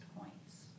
points